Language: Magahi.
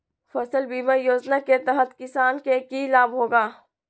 फसल बीमा योजना के तहत किसान के की लाभ होगा?